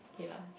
K lah